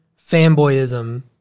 fanboyism